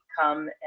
come